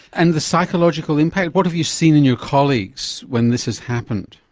and the psychological impact? what have you seen in your colleagues when this has happened?